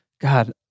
God